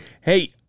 hey